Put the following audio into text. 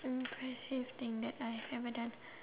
impressive thing that I've ever done